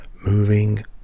moving